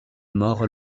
mort